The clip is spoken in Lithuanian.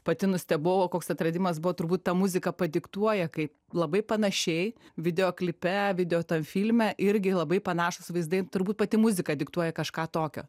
pati nustebau o koks atradimas buvo turbūt ta muzika padiktuoja kai labai panašiai video klipe video tam filme irgi labai panašūs vaizdai turbūt pati muzika diktuoja kažką tokio